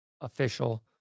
official